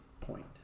point